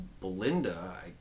Belinda